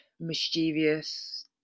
mischievous